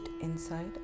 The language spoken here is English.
inside